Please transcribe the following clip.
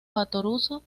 fattoruso